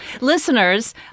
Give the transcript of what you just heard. listeners